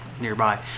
nearby